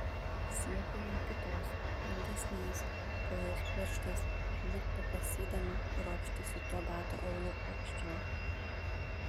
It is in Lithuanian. siekė jau kitos ilgesnės kojos pirštais lyg pakasydama ropštėsi tuo bato aulu aukščiau